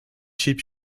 chip